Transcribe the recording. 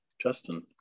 Justin